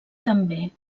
també